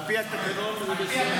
על פי התקנון הוא בסדר.